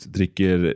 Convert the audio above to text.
Dricker